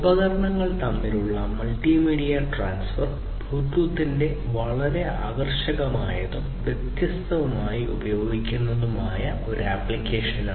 ഉപകരണങ്ങൾ തമ്മിലുള്ള multimedia transfer ബ്ലൂടൂത്തിന്റെ വളരെ ആകർഷകമായതും വ്യാപകമായി ഉപയോഗിക്കുന്നതുമായ ഒരു ആപ്ലിക്കേഷനാണ്